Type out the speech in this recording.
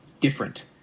different